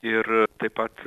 ir taip pat